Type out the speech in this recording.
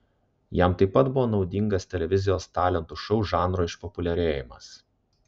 jam taip pat buvo naudingas televizijos talentų šou žanro išpopuliarėjimas